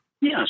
Yes